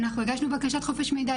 אנחנו הגשנו בקשת חופש מידע,